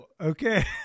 okay